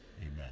Amen